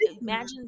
imagine